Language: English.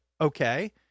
Okay